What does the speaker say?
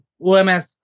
OMS